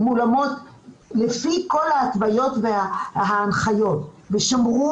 עם אולמות לפי כל ההתוויות וההנחיות ושמרו